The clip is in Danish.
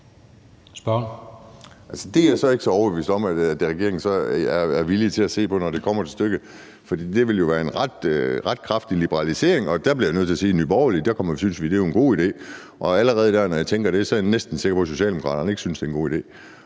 så ikke så overbevist om at regeringen er villig til at se på, når det kommer til stykket, for det ville jo være en ret kraftig liberalisering. Der bliver jeg nødt til at sige, at i Nye Borgerlige synes vi, det er en god idé, og allerede når jeg tænker det, er jeg næsten sikker på, at Socialdemokraterne ikke synes, det er en god idé.